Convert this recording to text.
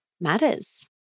matters